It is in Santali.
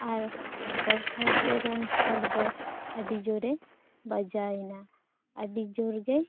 ᱟᱨ ᱢᱚᱴᱚᱨᱥᱟᱭᱠᱮᱞ ᱨᱮᱱ ᱦᱚᱲ ᱫᱚ ᱟᱹᱰᱤ ᱡᱳᱨᱮ ᱵᱟᱡᱟᱣᱱᱟ ᱟᱹᱰᱤ ᱡᱳᱨ ᱜᱮ